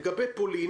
לגבי פולין